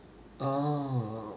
uh